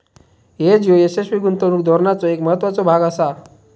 hedge ह्यो यशस्वी गुंतवणूक धोरणाचो एक महत्त्वाचो भाग आसा